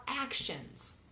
actions